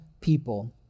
people